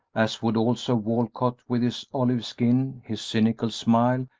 as would also walcott with his olive skin, his cynical smile,